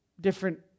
Different